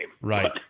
Right